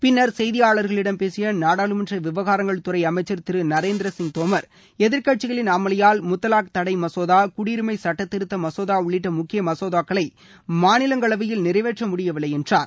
பின்னா் செய்தியாளா்களிடம் பேசிய நாடாளுமன்ற விவகாரங்கள் துறை அமைச்சா் திரு நரேந்திர சிங் தோம் எதிர்கட்சிகளின் அமலியால் முத்தவாக் தடை மசோதா குடியுரிமை சுட்டத் திருத்த மசோதா உள்ளிட்ட முக்கிய மசோதாக்களை மாநிலங்கள் அவையில் நிறைவேற்ற முடியவில்லை என்றார்